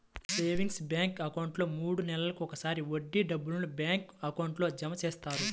savings bank అకౌంట్లో మూడు నెలలకు ఒకసారి వడ్డీ డబ్బులను బ్యాంక్ అకౌంట్లో జమ చేస్తారు